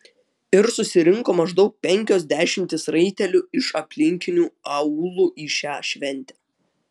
ir susirinko maždaug penkios dešimtys raitelių iš aplinkinių aūlų į šią šventę